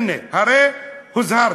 הנה, הרי הוזהרת.